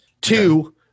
Two